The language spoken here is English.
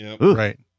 Right